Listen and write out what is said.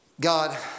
God